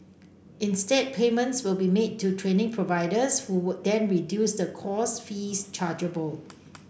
instead payments will be made to training providers who then reduce the course fees chargeable